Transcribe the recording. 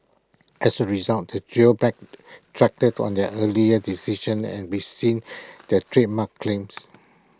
as A result the trio backtracked on their earlier decision and rescinded their trademark claims